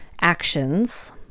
actions